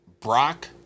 Brock